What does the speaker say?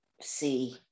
see